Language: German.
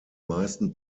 meisten